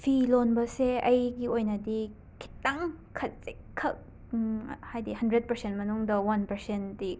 ꯐꯤ ꯂꯣꯟꯕꯁꯦ ꯑꯩꯒꯤ ꯑꯣꯏꯅꯗꯤ ꯈꯤꯇꯪ ꯈꯖꯤꯛꯈꯛ ꯍꯥꯏꯗꯤ ꯍꯨꯟꯗ꯭ꯔꯦꯠ ꯄꯔꯁꯦꯟ ꯃꯅꯨꯡꯗ ꯋꯥꯟ ꯄꯔꯁꯦꯟꯇꯤ